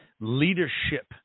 leadership